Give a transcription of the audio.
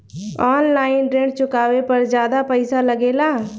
आन line ऋण चुकावे पर ज्यादा पईसा लगेला?